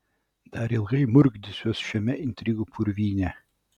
dar ilgai murkdysiuos šiame intrigų purvyne